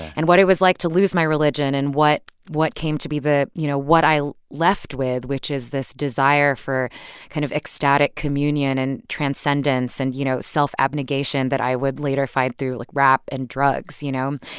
and what it was like to lose my religion and what what came to be the you know, what i left with, which is this desire for kind of ecstatic communion and transcendence and, and, you know, self-abnegation that i would later find through, like, rap and drugs, you know?